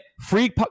free